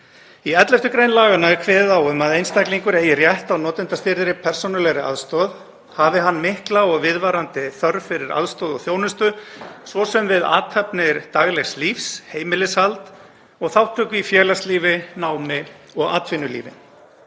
Í 11. gr. laganna er kveðið á um að einstaklingur eigi rétt á notendastýrðri persónulegri aðstoð hafi hann mikla og viðvarandi þörf fyrir aðstoð og þjónustu, svo sem við athafnir daglegs lífs, heimilishald og þátttöku í félagslífi, námi og atvinnulífi.